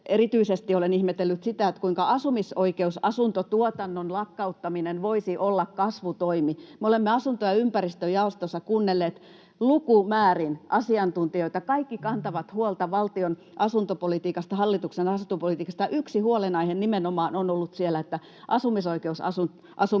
erityisesti olen ihmetellyt sitä, kuinka asumisoikeusasuntotuotannon lakkauttaminen voisi olla kasvutoimi. Me olemme asunto- ja ympäristöjaostossa kuunnelleet lukumäärin asiantuntijoita, ja kaikki kantavat huolta valtion asuntopolitiikasta, hallituksen asuntopolitiikasta. Yksi huolenaihe on ollut siellä nimenomaan, että asumisoikeusasuminen ollaan